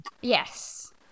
Yes